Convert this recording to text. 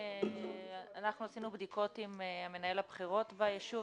עשינו בדיקות עם מנהל הבחירות ביישוב,